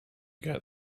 get